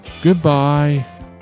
Goodbye